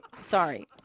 Sorry